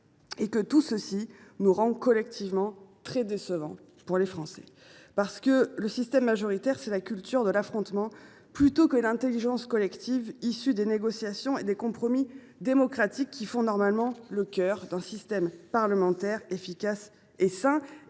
Tout cela nous rend collectivement très décevants pour les Français, mes chers collègues. Parce que le système majoritaire, c’est la culture de l’affrontement plutôt que l’intelligence collective issue des négociations et des compromis démocratiques qui font normalement le cœur d’un système parlementaire sain